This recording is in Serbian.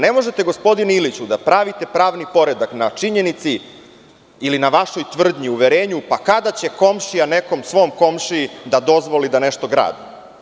Ne možete, gospodine Iliću, da pravite pravni poredak na činjenici ili na vašoj tvrdnji, uverenju, pa kada će komšija nekom svom komšiji da dozvoli da nešto gradi.